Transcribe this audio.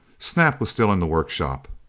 snap was still in the workshop.